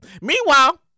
meanwhile